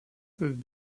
peuvent